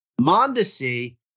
Mondesi